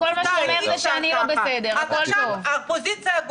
--- אה, האופוזיציה לא